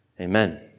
Amen